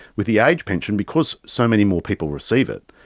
with the age pension, because so many more people receive it,